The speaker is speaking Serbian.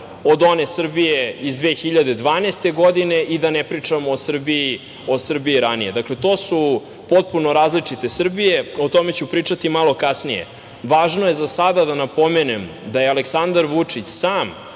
od one Srbije iz 2012. godine i da ne pričamo o Srbiji ranije? To su potpuno različite Srbije. O tome ću pričati malo kasnije. Važno je za sada da napomenem da je Aleksandar Vučić sam